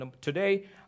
Today